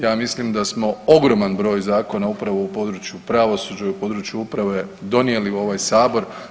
Ja mislim da smo ogroman broj zakona upravo u području pravosuđa i u području uprave donijeli u ovaj sabor.